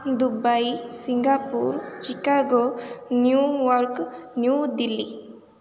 Dubai Singapore Chicago New York New Delhi